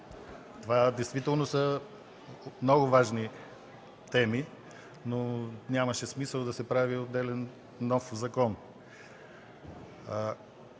Това действително са много важни теми, но нямаше смисъл да се прави отделен нов закон.